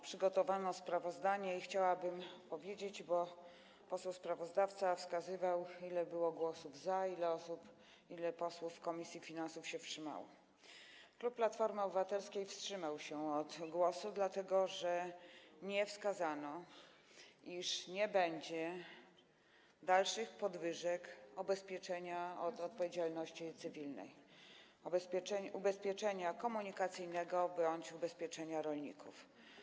Przygotowano sprawozdanie i chciałabym powiedzieć - bo poseł sprawozdawca wskazywał, ile było głosów za, ilu posłów w komisji finansów się wstrzymało - że klub Platformy Obywatelskiej wstrzymał się od głosu, dlatego że nie wskazano, iż nie będzie dalszych podwyżek ubezpieczenia odpowiedzialności cywilnej, ubezpieczenia komunikacyjnego bądź ubezpieczenia rolników.